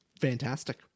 Fantastic